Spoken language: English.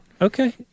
Okay